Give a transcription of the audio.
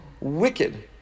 wicked